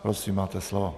Prosím, máte slovo.